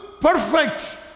perfect